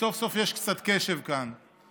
שסוף-סוף יש קצת קשב כאן.